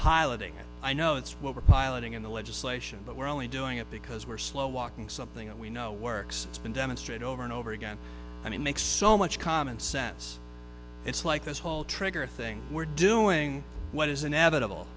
piloting i know it's what we're highlighting in the legislation but we're only doing it because we're slow walking something and we know works it's been demonstrated over and over again and it makes so much common sense it's like this whole trigger saying we're doing what is inevitable